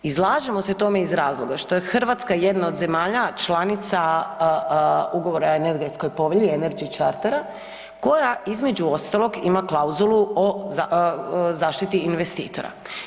Izlažemo se tome iz razloga što je Hrvatska jedna od zemalja članica Ugovora o energetskoj povelji Energy Chartera koja između ostalog ima klauzulu o zaštiti investitora.